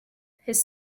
his